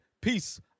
Peace